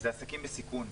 זה עסקים בסיכון.